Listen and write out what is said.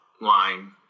line